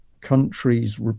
countries